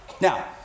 Now